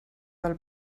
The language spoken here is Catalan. del